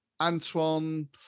Antoine